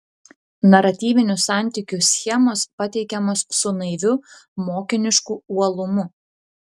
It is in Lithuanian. naratyvinių santykių schemos pateikiamos su naiviu mokinišku uolumu